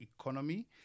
economy